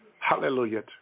Hallelujah